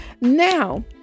now